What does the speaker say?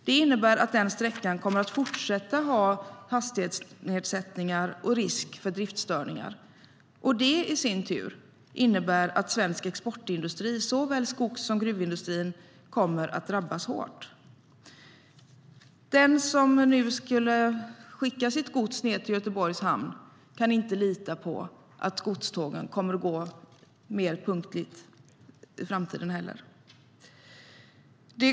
Det betyder att den sträckan kommer att fortsätta att ha hastighetsnedsättningar och risk för driftstörningar. Det innebär i sin tur att svensk exportindustri, såväl skogs som gruvindustrin, kommer att drabbas hårt. Den som ska skicka sitt gods till Göteborgs hamn kan inte lita på att godstågen kommer att gå mer punktligt i framtiden heller.